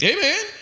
Amen